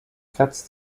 kratzt